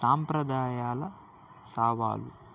సాంప్రదాయాల సవాలు